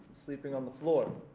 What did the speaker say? sleeping on the floor.